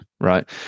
Right